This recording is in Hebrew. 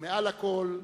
ומעל הכול,